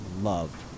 love